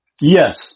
Yes